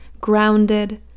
grounded